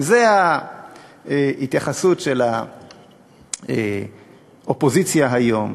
אם זו ההתייחסות של האופוזיציה היום,